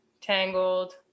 Tangled